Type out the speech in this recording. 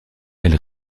elle